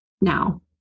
now